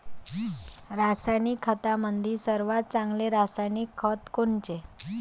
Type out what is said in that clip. रासायनिक खतामंदी सर्वात चांगले रासायनिक खत कोनचे?